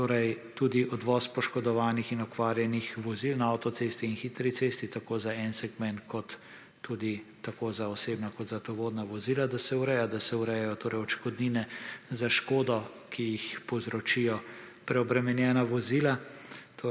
Torej tudi odvoz poškodovanih in okvarjenih vozil na avtocesti in hitri cesti, tako za en segment kot tudi tako za osebna kot za tovorna vozila, da se ureja, da se urejajo torej odškodnine za škodo, ki jih povzročijo preobremenjena vozila,